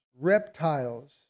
reptiles